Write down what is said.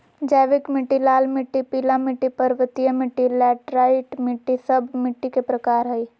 जैविक मिट्टी, लाल मिट्टी, पीला मिट्टी, पर्वतीय मिट्टी, लैटेराइट मिट्टी, सब मिट्टी के प्रकार हइ